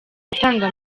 gutanga